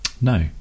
No